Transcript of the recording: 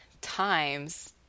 times